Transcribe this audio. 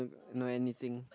no anything